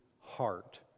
heart